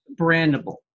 brandable